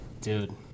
Dude